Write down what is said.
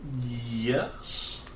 Yes